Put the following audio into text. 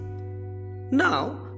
now